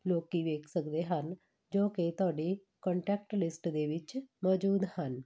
ਲੋਕ ਦੇਖ ਸਕਦੇ ਹਨ ਜੋ ਕਿ ਤੁਹਾਡੀ ਕੋਂਟੈਕਟ ਲਿਸਟ ਦੇ ਵਿੱਚ ਮੌਜੂਦ ਹਨ